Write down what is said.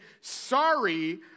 sorry